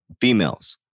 Females